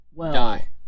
die